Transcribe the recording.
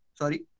sorry